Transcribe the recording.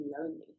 lonely